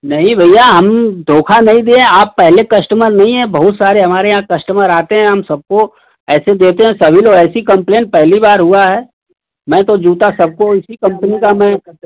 नहीं भैया हम धोखा नही दिएं आप पहले कस्टमर नहीं हैं बहुत सारे हमारे यहाँ कस्टमर आते हैं हम सबको ऐसे देते हैं सभी लोग ऐसी कम्प्लेन पहली बार हुआ हैं मैं तो जूता सबको इसी कंपनी का मैं